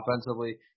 offensively